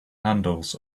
handles